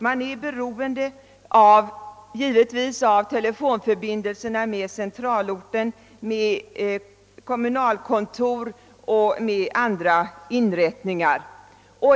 Man är beroende av telefonförbindelser med centralorten, med kommunalkontor och med andra inrättningar.